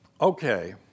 Okay